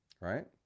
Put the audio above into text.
right